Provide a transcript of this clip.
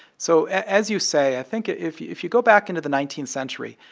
so as you say, i think if you if you go back into the nineteenth century,